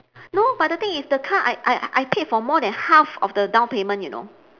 no but the thing is the car I I I paid for more than half of the downpayment you know